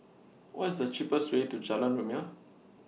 What IS The cheapest Way to Jalan Rumia